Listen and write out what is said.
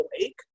awake